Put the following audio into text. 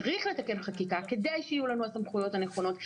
צריך לתקן חקיקה כדי שיהיו לנו הסמכויות הנכונות,